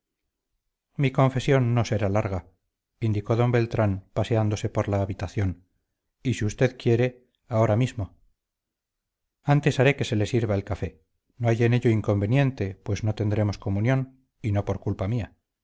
mi confesión no será larga indicó don beltrán paseándose por la habitación y si usted quiere ahora mismo antes haré que se le sirva el café no hay en ello inconveniente pues no tendremos comunión y no por culpa mía